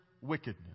wickedness